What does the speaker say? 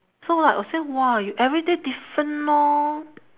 so what I say !wah! you everyday different orh